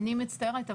אני מצטערת,